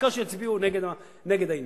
העיקר שיצביעו נגד העניין,